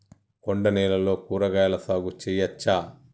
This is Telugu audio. కొండ నేలల్లో కూరగాయల సాగు చేయచ్చా?